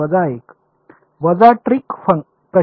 वजा ट्रिक प्रश्न